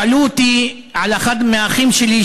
שאלו אותי על אחד מהאחים שלי,